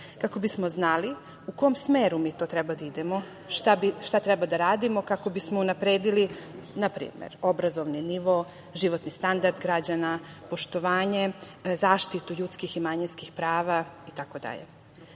kako bismo znali u kom smeru mi to treba da idemo, šta treba da radimo kako bismo unapredili, na primer, obrazovni nivo, životni standard građana poštovanje, zaštitu ljudskih i manjinskih prava